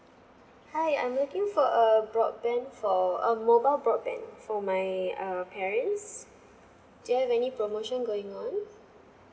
hi I'm looking for a broadband for a mobile broadband for my uh parents do you have any promotion going on